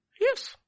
Yes